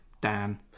Dan